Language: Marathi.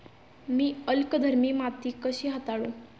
मी अल्कधर्मी माती कशी हाताळू?